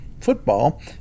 Football